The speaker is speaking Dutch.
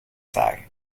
zagen